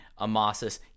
Amasis